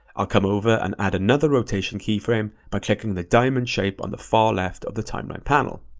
i'll come over and add another rotation keyframe by clicking the diamond shape on the far left of the timeline panel.